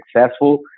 successful